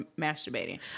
masturbating